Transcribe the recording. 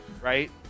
right